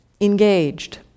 Engaged